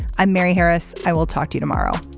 i'm mary harris. i will talk to you tomorrow